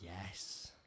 Yes